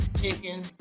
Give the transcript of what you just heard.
chicken